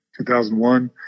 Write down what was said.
2001